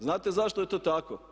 Znate zašto je to tako?